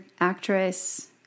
actress